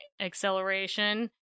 acceleration